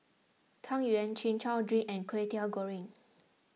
Tang Yuen Chin Chow Drink and Kway Teow Goreng